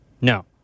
No